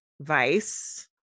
Vice